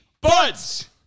Buds